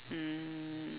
mm